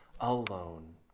alone